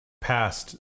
past